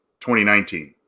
2019